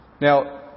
Now